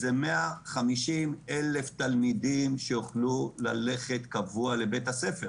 זה 150,000 תלמידים שיוכלו ללכת באופן קבוע לבית הספר.